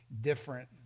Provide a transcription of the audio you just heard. different